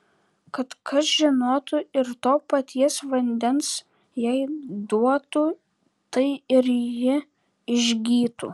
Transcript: kad kas žinotų ir to paties vandens jai duotų tai ir ji išgytų